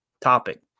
topic